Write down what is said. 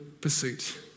pursuit